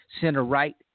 center-right